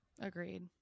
agreed